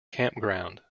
campground